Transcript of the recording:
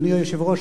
אדוני היושב-ראש,